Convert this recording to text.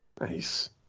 Nice